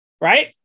Right